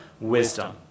wisdom